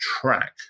track